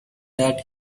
that